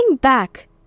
back